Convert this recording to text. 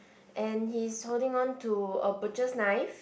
and he's holding onto a butcher's knife